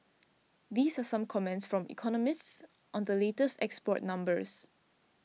these are some comments from economists on the latest export numbers